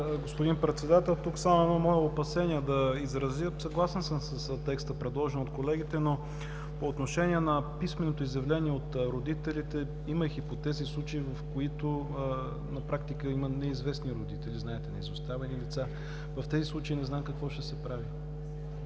господин Председател. Тук само едно мое опасение да изразя. Съгласен съм с текста, предложен от колегите, но по отношение на писменото изявление от родителите, има хипотези, случаи, в които на практика има неизвестни родители, знаете – изоставени деца. В тези случаи не знам какво ще се прави.